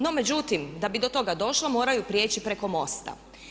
No međutim da bi do toga došlo moraju prijeći preko mosta.